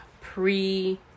pre